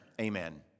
Amen